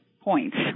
points